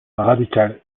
radical